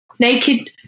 Naked